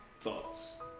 Thoughts